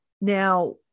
Now